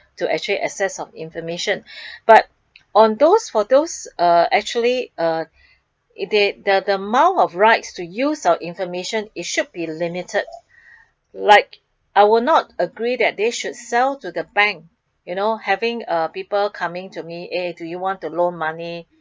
to actually access our information but on those for those uh actually uh it they the the amount of rights to use our information it should be limited like I will not agree that they should sell to the bank you know having uh people coming to me eh do you want to loan money